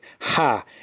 Ha